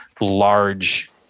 large